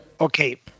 Okay